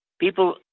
people